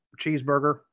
Cheeseburger